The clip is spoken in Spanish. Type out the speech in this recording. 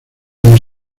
las